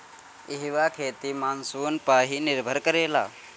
इहवा खेती मानसून पअ ही निर्भर करेला